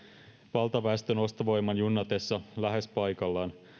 valtaväestön ostovoiman junnatessa lähes paikallaan